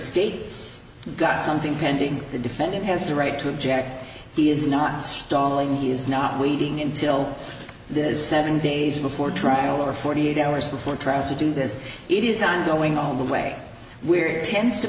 state's got something pending the defendant has the right to object he is not stalling he is not waiting until the seven days before trial or forty eight hours before trying to do this it is ongoing all the way we're tends to